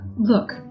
Look